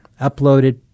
uploaded